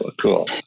cool